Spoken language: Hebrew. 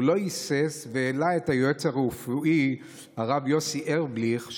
הוא לא היסס והעלה את היועץ הרפואי הרב יוסי ארליך,